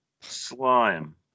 slime